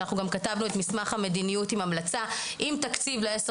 ואנחנו גם כתבנו את מסמך המדיניות עם המלצה עם תקציב לעשר